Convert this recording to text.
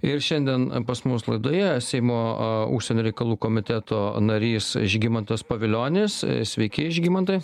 ir šiandien pas mus laidoje seimo užsienio reikalų komiteto narys žygimantas pavilionis sveiki žygimantai